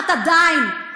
עדיין.